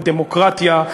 על דמוקרטיה,